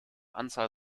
anzahl